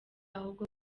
ahubwo